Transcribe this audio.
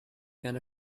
can